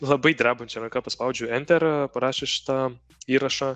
labai drebančia ranka paspaudžiu enter parašęs šitą įrašą